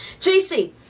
JC